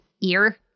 ear